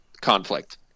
conflict